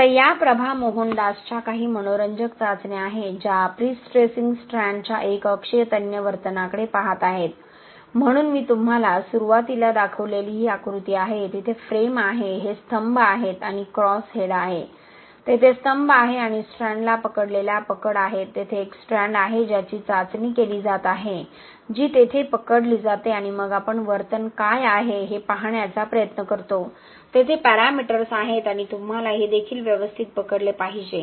आता या प्रभा मोहनदासच्या काही मनोरंजक चाचण्या आहेत ज्या प्रीस्ट्रेसिंग स्ट्रँड्सच्या एकअक्षीय तन्य वर्तनाकडे पाहत आहेत म्हणून मी तुम्हाला सुरुवातीला दाखवलेली ही आकृती आहे तिथे फ्रेम आहे हे स्तंभ आहेत आणि क्रॉस हेड आहे तेथे स्तंभ आहे आणि स्ट्रँडला पकडलेल्या पकड आहेत तेथे एक स्ट्रँड आहे ज्याची चाचणी केली जात आहे जी तेथे पकडली जाते आणि मग आपण वर्तन काय आहे हे पाहण्याचा प्रयत्न करतो तेथे पॅरामीटर्स आहेत आणि तुम्हाला ते देखील व्यवस्थित पकडले पाहिजे